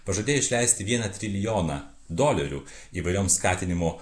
pažadėjo išleisti vieną trilijoną dolerių įvairioms skatinimo